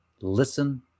Listen